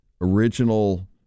original